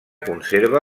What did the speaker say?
conserva